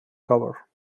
cover